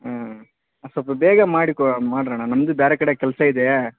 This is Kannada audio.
ಹ್ಞೂ ಒಂದು ಸ್ವಲ್ಪ ಬೇಗ ಮಾಡಿಕೊ ಮಾಡ್ರಣ್ಣ ನಮ್ಮದು ಬೇರೆ ಕಡೆ ಕೆಲಸ ಇದೆ